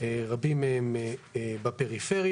רבים מהם בפריפריה.